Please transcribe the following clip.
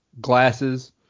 glasses